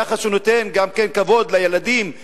ביחס שנותן גם כבוד לילדים ולהוריהם.